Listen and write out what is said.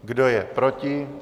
Kdo je proti?